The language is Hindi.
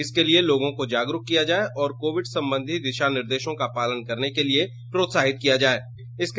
इसके लिये लोगों को जागरूक किया जाये और कोविड संबंधित दिशा निर्देशों का पालन करने के लिये प्रोत्साहित किया जाये